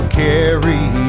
carry